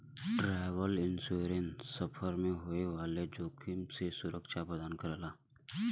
travel insurance सफर में होए वाले जोखिम से सुरक्षा प्रदान करला